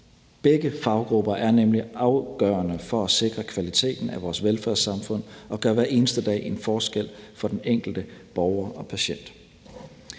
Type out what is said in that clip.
Begge faggrupper er nemlig afgørende for at sikre kvaliteten af vores velfærdssamfund, og de gør hver eneste dag en forskel for den enkelte borger og patient.